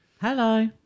Hello